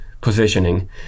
positioning